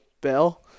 bell